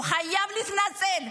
הוא חייב להתנצל.